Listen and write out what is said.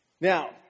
Now